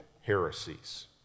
heresies